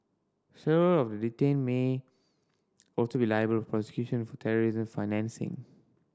several of the detained may also be liable for prosecution for terrorism financing